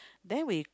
then we